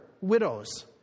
widows